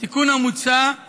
אם כן, התיקון המוצע מיותר.